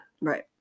Right